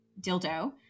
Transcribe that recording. dildo